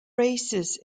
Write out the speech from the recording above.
races